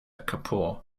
kapoor